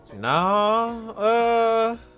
No